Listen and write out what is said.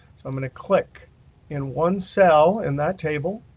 so i'm going to click in one cell in that table.